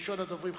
ראשון הדוברים,